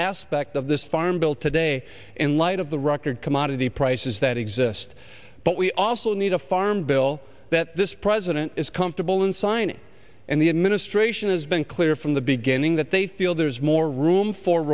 aspect of this farm bill today in light of the record commodity prices that exist but we also need a farm bill that this president is comfortable in signing and the administration has been clear from the beginning that they feel there's more room for